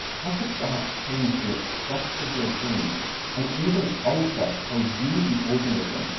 how could that change the expression of your genes and even alter how you, the organism,